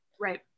Right